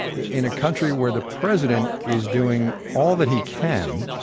in a country where the president is doing all that he can